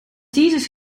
thesis